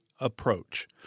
Approach